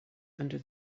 under